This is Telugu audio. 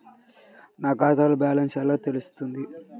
నా ఖాతాలో బ్యాలెన్స్ ఎలా తెలుస్తుంది?